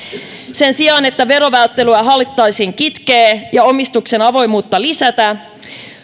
sen sijaan että verovälttelyä haluttaisiin kitkeä ja omistuksen avoimuutta lisätä